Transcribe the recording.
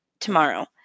tomorrow